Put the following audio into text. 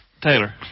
Taylor